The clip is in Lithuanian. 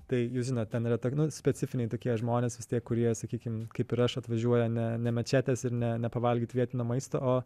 tai jūs žinot ten yra tok nu specifiniai tokie žmonės vis tiek kurie sakykim kaip ir aš atvažiuoja ne ne mečetės ir ne ne pavalgyt vietinio maisto o